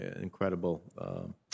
incredible